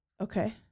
Okay